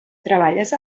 treballes